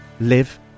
live